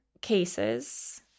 cases